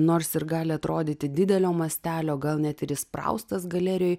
nors ir gali atrodyti didelio mastelio gal net ir įspraustas galerioj